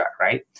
right